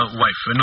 wife